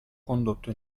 condotto